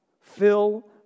fill